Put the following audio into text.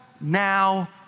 now